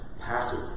passive